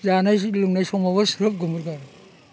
जानाय लोंनाय समावबो स्रोब गोमोरो